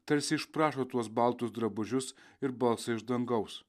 tarsi išprašo tuos baltus drabužius ir balsą iš dangaus